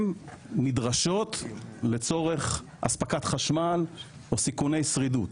הן נדרשות לאספקת חשמל או סיכוני שרידות.